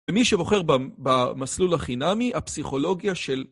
ומי שבוחר במסלול החינמי, הפסיכולוגיה של...